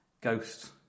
ghosts